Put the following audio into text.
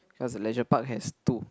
cause the leisure park has two